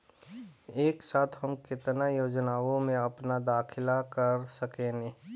एक साथ हम केतना योजनाओ में अपना दाखिला कर सकेनी?